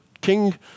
King